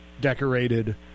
decorated